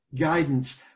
guidance